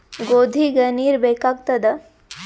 ಗೋಧಿಗ ನೀರ್ ಬೇಕಾಗತದ?